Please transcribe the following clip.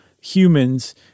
humans